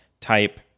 type